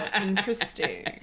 interesting